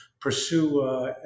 pursue